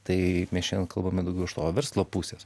tai mes šiandien kalbame daugiau iš to verslo pusės